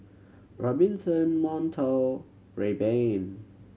Robinson Monto Rayban